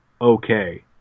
okay